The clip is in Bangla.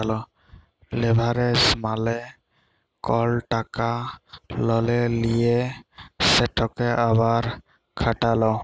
লেভারেজ মালে কল টাকা ললে লিঁয়ে সেটকে আবার খাটালো